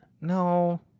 No